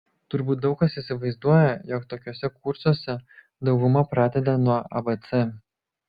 turbūt daug kas įsivaizduoja jog tokiuose kursuose dauguma pradeda nuo abc